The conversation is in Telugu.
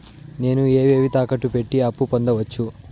నేను ఏవేవి తాకట్టు పెట్టి అప్పు పొందవచ్చు?